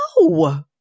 No